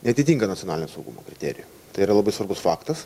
neatitinka nacionalinio saugumo kriterijų tai yra labai svarbus faktas